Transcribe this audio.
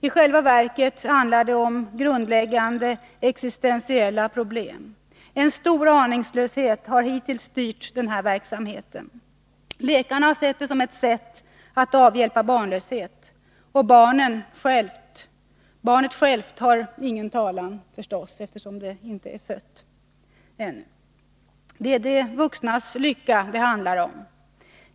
I själva verket handlar det om grundläggande existentiella problem. En stor aningslöshet har hittills styrt denna verksamhet. Läkarna har sett den som ett sätt att avhjälpa barnlöshet. Barnet självt har ingen talan — förstås, eftersom det inte är fött ännu. Det är de vuxnas lycka det handlar om.